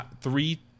three